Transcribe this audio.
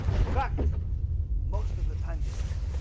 in fact most of the time they don't